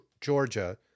Georgia